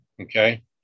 okay